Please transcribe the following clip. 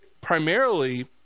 primarily